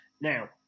Now